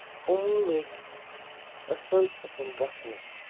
یِم لٔگۍ اَصٕل اَصٕل گژھنہِ